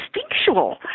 instinctual